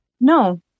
No